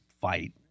fight